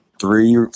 three